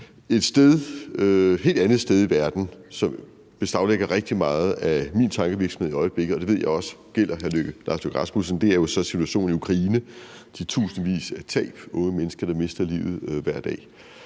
også. Et helt andet sted i verden, som beslaglægger rigtig meget af min tankevirksomhed i øjeblikket – og det ved jeg også gælder hr. Lars Løkke Rasmussen – er jo situationen i Ukraine og tabene af tusindvis af liv, unge mennesker, der mister livet hver dag.